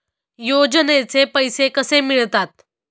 योजनेचे पैसे कसे मिळतात?